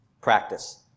practice